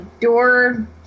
door